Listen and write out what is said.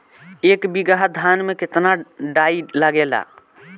एक बीगहा धान में केतना डाई लागेला?